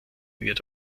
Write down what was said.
wird